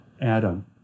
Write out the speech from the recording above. Adam